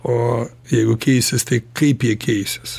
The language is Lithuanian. o jeigu keisis tai kaip jie keisis